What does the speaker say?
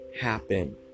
happen